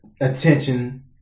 attention